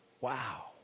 wow